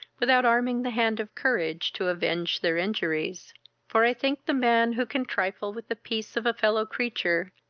without arming the hand of courage to avenge their injuries for i think the man, who can trifle with the peace of a fellow-creature,